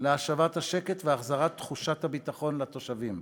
להשבת השקט והחזרת תחושת הביטחון לתושבים.